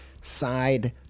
side